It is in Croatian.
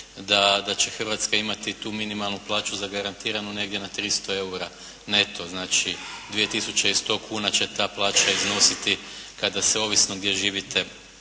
da će Hrvatska imati tu minimalnu plaću zagarantiranu negdje na 300 eura neto, znači 2.100,00 kuna će ta plaća iznositi kada se ovisno gdje živite,